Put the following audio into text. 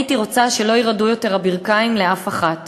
הייתי רוצה שלא ירעדו יותר הברכיים לאף אחת